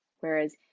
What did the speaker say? Whereas